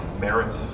merits